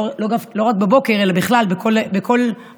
לא רק בבוקר אלא בכלל מחר,